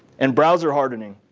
and browser hardening.